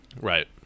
Right